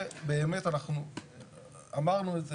זה באמת אנחנו אמרנו את זה,